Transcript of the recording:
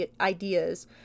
ideas